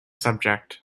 subject